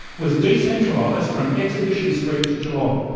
was decentralised from exhibition st to geelong.